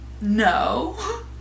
No